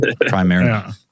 primarily